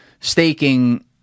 staking